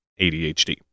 ADHD